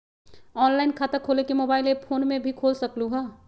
Online खाता खोले के मोबाइल ऐप फोन में भी खोल सकलहु ह?